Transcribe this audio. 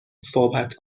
صحبت